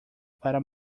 para